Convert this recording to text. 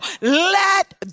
let